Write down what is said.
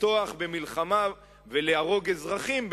לפתוח במלחמה ולהרוג אזרחים,